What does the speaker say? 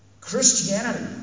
Christianity